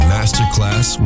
Masterclass